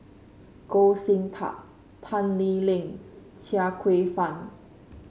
Goh Sin Tub Tan Lee Leng Chia Kwek Fah